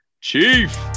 chief